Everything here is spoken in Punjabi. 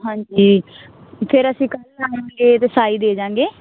ਹਾਂਜੀ ਫ਼ੇਰ ਅਸੀਂ ਕੱਲ੍ਹ ਆਵਾਂਗੇ ਤੇ ਸਾਈ ਦੇ ਜਾਂਗੇ